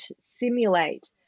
simulate